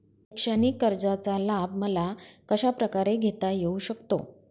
शैक्षणिक कर्जाचा लाभ मला कशाप्रकारे घेता येऊ शकतो?